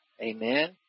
Amen